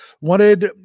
wanted